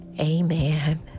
amen